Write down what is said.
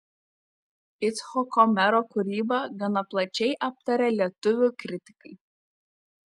icchoko mero kūrybą gana plačiai aptarė lietuvių kritikai